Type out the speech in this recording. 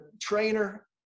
trainer